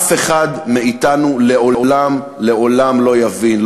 אף אחד מאתנו לעולם לעולם לא יבין.